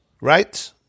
Right